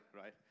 right